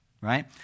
right